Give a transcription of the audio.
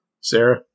Sarah